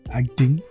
acting